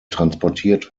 transportiert